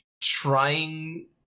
trying